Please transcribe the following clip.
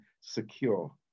secure